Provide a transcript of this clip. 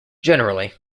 generally